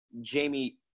Jamie